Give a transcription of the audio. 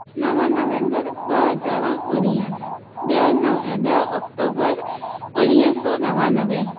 नव नवंबर ॿ हज़ार उणिवीह ॾह नव ॾह अक्टूबर उणिवीह सौ नवानवे